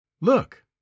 Look